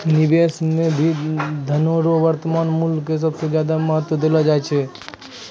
निवेश मे भी धनो रो वर्तमान मूल्य के सबसे ज्यादा महत्व देलो जाय छै